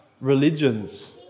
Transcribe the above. religions